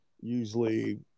usually